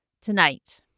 Tonight